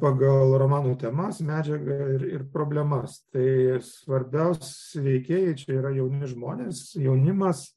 pagal romanų temas medžiagą ir ir problemas tai svarbiausi veikėjai čia yra jauni žmonės jaunimas